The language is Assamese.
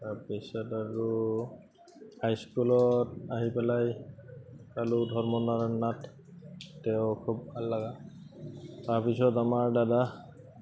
তাৰপিছত আৰু হাইস্কুলত আহি পেলাই কালু ধৰ্মনাৰায়ণ নাথ তেওঁ খুব ভাল লাগা তাৰপিছত আমাৰ দাদা